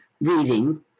reading